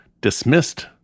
dismissed